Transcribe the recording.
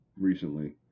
recently